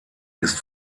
ist